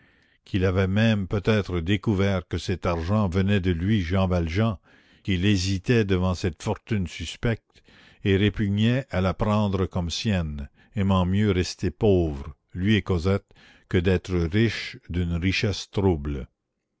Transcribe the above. qu'il avait même peut-être découvert que cet argent venait de lui jean valjean qu'il hésitait devant cette fortune suspecte et répugnait à la prendre comme sienne aimant mieux rester pauvres lui et cosette que d'être riches d'une richesse trouble